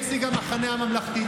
נציג המחנה הממלכתי,